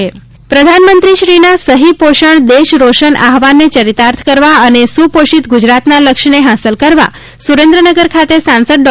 ચિંતન સમારોહ પ્રધાનમંત્રીશ્રીના સહી પોષણ દેશ રોશન આહવાનને ચરિતાર્થ કરવા અને સુપોષિત ગુજરાતના લક્ષ્યને હાંસલ કરવા સુરેન્દ્રનગર ખાતે સાંસદ ડો